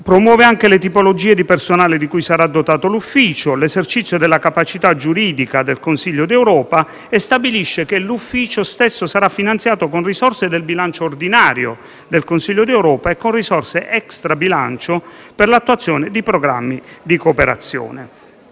Promuove anche le tipologie di personale di cui sarà dotato l'Ufficio, l'esercizio della capacità giuridica del Consiglio d'Europa e stabilisce che l'Ufficio stesso sarà finanziato con risorse del bilancio ordinario del Consiglio d'Europa e con risorse extrabilancio per l'attuazione dei programmi di cooperazione.